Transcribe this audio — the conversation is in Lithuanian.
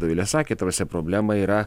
dovilė sakė ta prasme problema yra